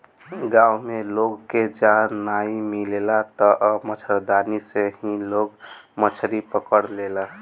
गांव में लोग के जाल नाइ मिलेला तअ मछरदानी से ही लोग मछरी पकड़ लेला